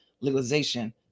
legalization